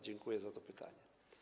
Dziękuję za to pytanie.